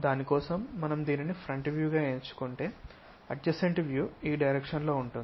దాని కోసం మనం దీనిని ఫ్రంట్ వ్యూగా ఎంచుకుంటే అడ్జసెంట్ వ్యూ ఈ డైరెక్షన్ లో ఉంటుంది